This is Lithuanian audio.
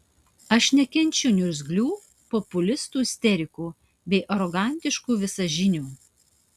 aš nekenčiu niurzglių populistų isterikų bei arogantiškų visažinių